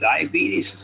diabetes